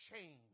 change